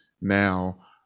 now